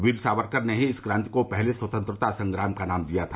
वीर सावरकर ने ही इस क्रांति को पहले स्वतंत्रता संग्राम का नाम दिया था